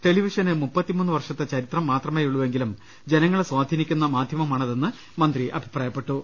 ടെലിവിഷന് ദ്ദ വർഷത്തെ ചരിത്രം മാത്രമേയുള്ളൂവെങ്കിലും ജനങ്ങളെ സ്വാധീനിക്കുന്ന മാധ്യമ മാണതെന്ന് മന്ത്രി അഭിപ്രായപ്പെട്ടു